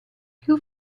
più